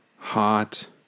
hot